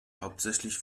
hauptsächlich